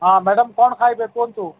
ହଁ ମ୍ୟାଡମ୍ କ'ଣ ଖାଇବେ କୁହନ୍ତୁ